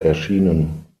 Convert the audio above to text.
erschienen